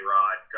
Rod